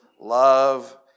love